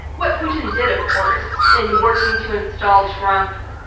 what putin did, of course, in working to install trump,